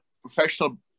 professional